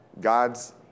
God's